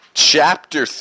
Chapter